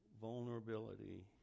vulnerability